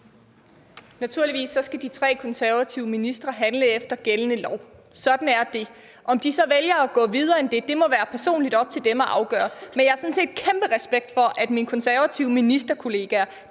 Naturligvis skal de tre konservative ministre handle efter gældende lov. Sådan er det. Om de så vælger at gå videre end det, må være personligt op til dem at afgøre. Men jeg har sådan set kæmpe respekt for, at mine konservative ministerkollegaer